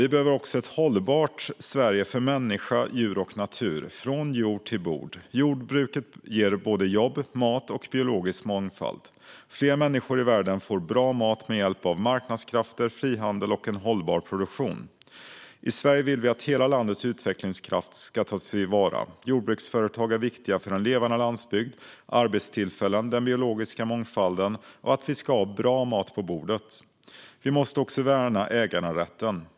Vi behöver ett hållbart Sverige för människa, djur och natur - från jord till bord. Jordbruket ger både jobb, mat och biologisk mångfald. Fler människor i världen får bra mat med hjälp av marknadskrafter, frihandel och hållbar produktion. I Sverige vill vi att hela landets utvecklingskraft ska tas till vara. Jordbruksföretag är viktiga för en levande landsbygd, för arbetstillfällen, för den biologiska mångfalden och för att vi ska ha bra mat på bordet. Vi måste också värna äganderätten.